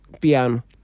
piano